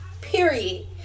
Period